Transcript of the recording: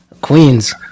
Queens